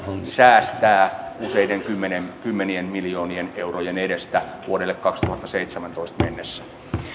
säästää useiden kymmenien kymmenien miljoonien eurojen edestä vuoteen kaksituhattaseitsemäntoista mennessä